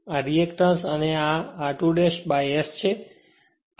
આ રિએક્ટેન્સ અને આ r2 by S છે